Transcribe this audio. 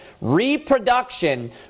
reproduction